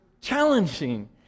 challenging